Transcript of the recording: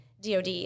DOD